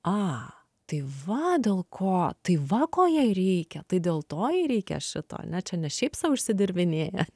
a tai va dėl ko tai va ko jai reikia tai dėl to jai reikia šito ane čia ne šiaip sau išsidirbinėja